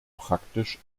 praktisch